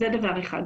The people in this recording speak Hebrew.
שנית,